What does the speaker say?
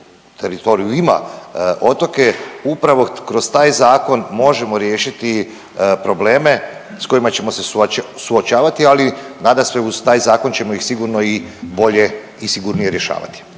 teritoriju ima otoke upravo kroz taj zakon možemo riješiti probleme s kojima ćemo se suočavati, ali nadasve uz taj zakon ćemo ih sigurno i bolje i sigurnije rješavat?